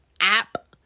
app